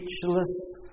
speechless